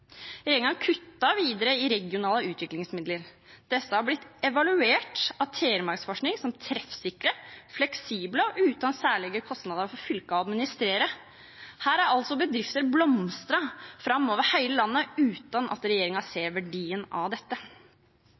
videre i regionale utviklingsmidler. Disse har blitt evaluert av Telemarksforsking som treffsikre, fleksible og uten særlige kostnader for fylkene å administrere. Her har altså bedrifter blomstret opp over hele landet uten at regjeringen ser verdien av dette.